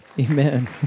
Amen